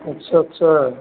अच्छा अच्छा